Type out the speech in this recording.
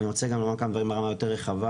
אני רוצה לומר כמה דברים גם ברמה היותר רחבה,